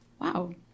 Wow